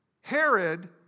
Herod